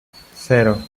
cero